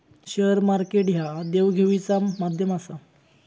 share market ह्या देवघेवीचा माध्यम आसा